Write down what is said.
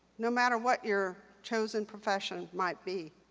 no matter what your chosen profession might be,